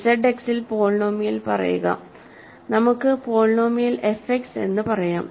ZX ൽ polynomial പറയുക നമുക്ക് പോളിനോമിയൽ എഫ് എക്സ് എന്ന് പറയാം